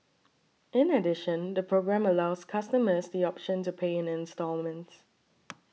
in addition the programme allows customers the option to pay in instalments